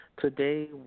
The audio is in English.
today